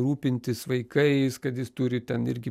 rūpintis vaikais kad jis turi ten irgi